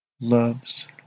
loves